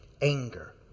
Anger